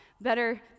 better